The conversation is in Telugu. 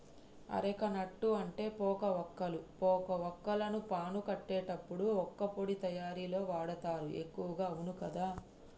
అరెక నట్టు అంటే పోక వక్కలు, పోక వాక్కులను పాను కట్టేటప్పుడు వక్కపొడి తయారీల వాడుతారు ఎక్కువగా అవును కదా